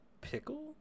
pickle